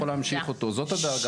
תודה.